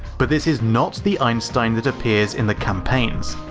but this is not the einstein that appears in the campaigns,